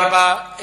תודה רבה.